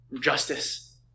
Justice